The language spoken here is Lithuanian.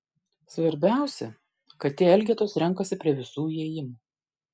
svarbiausia kad tie elgetos renkasi prie visų įėjimų